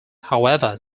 however